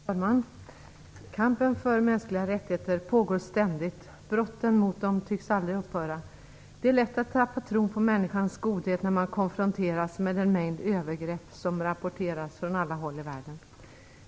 Herr talman! Kampen för mänskliga rättigheter pågår ständigt. Brotten mot dem tycks aldrig upphöra. Det är lätt att tappa tron på människans godhet när man konfronteras med den mängd av övergrepp som rapporteras från alla håll i världen.